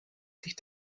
sich